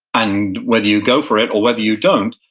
and whether you go for it or whether you don't,